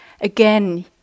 Again